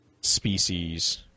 species